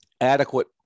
adequate